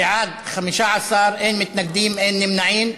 בעד, 15, אין מתנגדים ואין נמנעים.